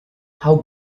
how